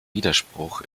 widerspruch